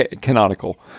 canonical